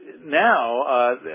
now